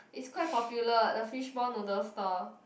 it's quite popular the fishball noodle store